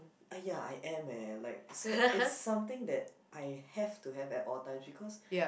!aiya! I am leh like so it's something that I have to have at all time because